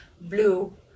blue